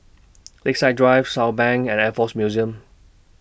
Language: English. Lakeside Drive Southbank and Air Force Museum